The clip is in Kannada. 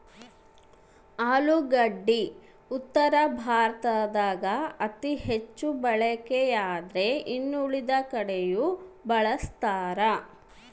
ಆಲೂಗಡ್ಡಿ ಉತ್ತರ ಭಾರತದಾಗ ಅತಿ ಹೆಚ್ಚು ಬಳಕೆಯಾದ್ರೆ ಇನ್ನುಳಿದ ಕಡೆಯೂ ಬಳಸ್ತಾರ